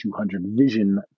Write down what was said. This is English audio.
vision